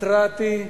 התרעתי,